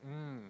mm